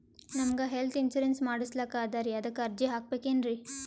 ನಮಗ health insurance ಮಾಡಸ್ಲಾಕ ಅದರಿ ಅದಕ್ಕ ಅರ್ಜಿ ಹಾಕಬಕೇನ್ರಿ?